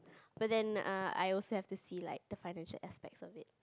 but then err I also have to see like the financial aspects of it